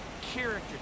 character